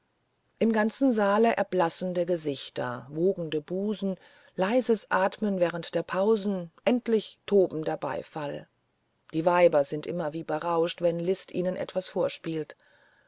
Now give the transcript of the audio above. im ganzen saale erblassende gesichter wogende busen leises atmen während den pausen endlich tobender beifall die weiber sind immer wie berauscht wenn liszt ihnen etwas vorgespielt